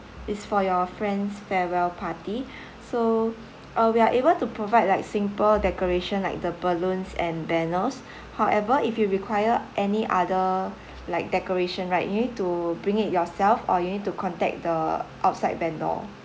it's for your friend's farewell party so uh we are able to provide like simple decoration like the balloons and banners however if you require any other like decoration right you need to bring it yourself or you need to contact the outside vendor